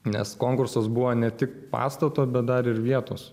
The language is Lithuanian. nes konkursas buvo ne tik pastato bet dar ir vietos